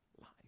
life